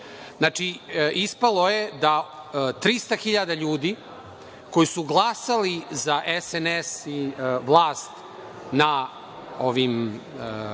Znači, ispalo je da 300 hiljada ljudi koji su glasali za SNS i vlast na ovim